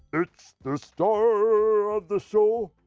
it's the star of the so